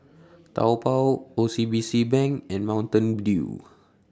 Taobao O C B C Bank and Mountain Dew